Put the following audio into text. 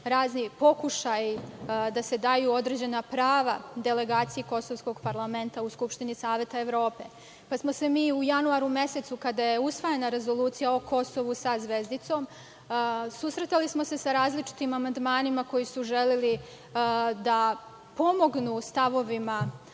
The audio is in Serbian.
razni pokušaji da se daju određena prava delegaciji kosovskog parlamenta u Skupštini Saveta Evrope, pa smo se mi u januaru mesecu, kada je usvajana Rezolucija o Kosovu sa zvezdicom, susretali smo se sa različitim amandmanima koji su želeli da pomognu u stavovima